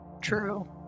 True